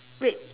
wait